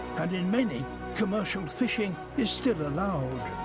and in many commercial fishing is still allowed.